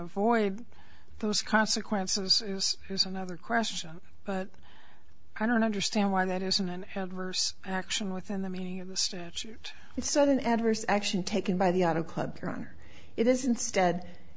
avoid those consequences is another question but i don't understand why that isn't an adverse action within the meaning of the statute it's an adverse action taken by the out of club here on it is instead